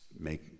make